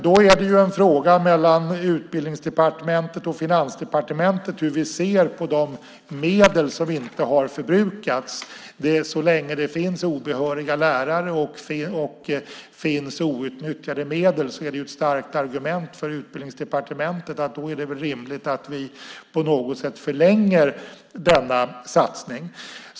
Då är det en fråga mellan Utbildningsdepartementet och Finansdepartementet hur vi ser på de medel som inte har förbrukats. Så länge det finns obehöriga lärare och outnyttjade medel är det ju ett starkt argument för Utbildningsdepartementet att på något sätt förlänga satsningen.